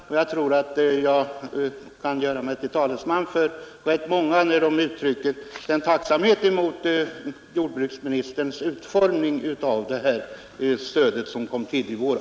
och jag tror att jag kan göra mig till talesman för rätt många som uttrycker tacksamhet mot jJordbruksministerns utformning av detta stöd som kom i varas.